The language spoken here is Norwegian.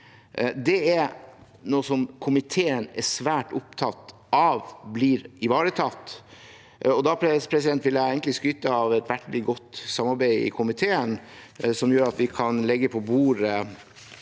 Dette er noe som komiteen er svært opptatt av at blir ivaretatt. Og da vil jeg, egentlig, skryte av et veldig godt samarbeid i komiteen, som gjør at vi kan legge på bordet